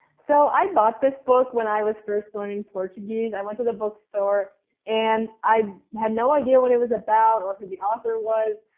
so i bought this book when i was first learning portuguese. i went to the bookstore and i had no idea what it was about or who the author was.